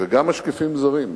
וגם משקיפים זרים,